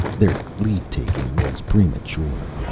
their leave-taking was premature.